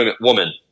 woman